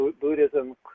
Buddhism